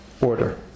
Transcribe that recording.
order